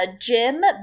Jim